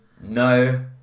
no